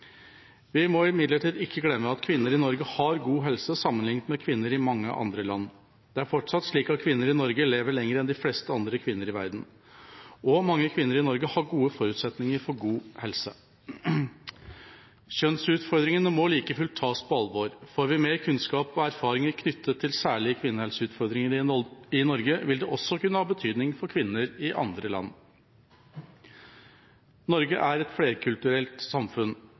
Vi må imidlertid ikke glemme at kvinner i Norge har god helse sammenlignet med kvinner i mange andre land. Det er fortsatt slik at kvinner i Norge lever lenger enn de fleste andre kvinner i verden. Og mange kvinner i Norge har gode forutsetninger for god helse. Kjønnsutfordringene må like fullt tas på alvor. Får vi mer kunnskap og erfaringer knyttet til særlige kvinnehelseutfordringer i Norge, vil det også kunne ha betydning for kvinner i andre land. Norge er et flerkulturelt samfunn.